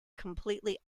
completely